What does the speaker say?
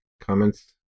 comments